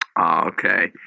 Okay